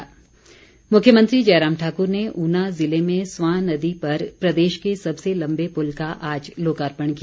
मुख्यमंत्री मुख्यमंत्री जयराम ठाक्र ने ऊना जिले में स्वां नदी पर प्रदेश के सबसे लम्बे पूल का आज लोकार्पण किया